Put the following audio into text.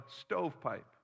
stovepipe